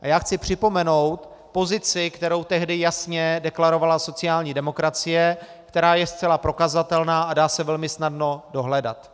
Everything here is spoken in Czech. A já chci připomenout pozici, kterou tehdy jasně deklarovala sociální demokracie, která je zcela prokazatelná a dá se velmi snadno dohledat.